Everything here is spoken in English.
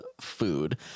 food